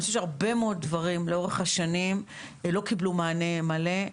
הרבה מאוד לאורך השנים לא קיבלו מענה מלא.